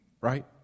Right